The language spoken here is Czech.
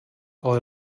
ale